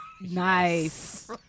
Nice